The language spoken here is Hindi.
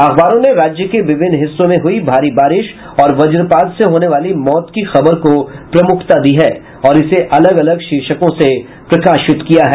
अखबारों ने राज्य के विभिन्न हिस्सों में हुई भारी बारिश और वजपात से होने वाली मौत की खबर को प्रमुखता दी है और इसे अलग अलग शीर्षकों से प्रकाशित किया है